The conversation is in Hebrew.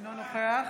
אינו נוכח